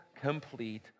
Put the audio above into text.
complete